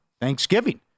Thanksgiving